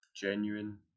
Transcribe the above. genuine